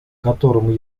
которому